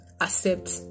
accept